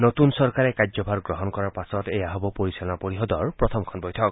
নতুন চৰকাৰে কাৰ্যভাৰ গ্ৰহণ কৰাৰ পাছত এয়া হ'ব পৰিচালনা পৰিষদৰ প্ৰথমখন বৈঠক